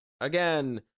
Again